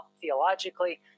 theologically